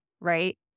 right